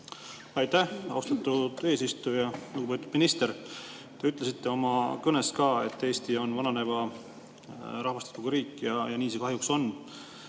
Aitäh, austatud eesistuja! Lugupeetud minister! Te ütlesite ka oma kõnes, et Eesti on vananeva rahvastikuga riik, ja nii see kahjuks on.